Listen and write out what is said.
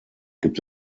gibt